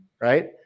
right